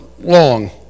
long